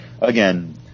Again